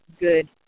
good